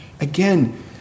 Again